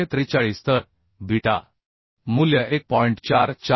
443 तर बीटा मूल्य 1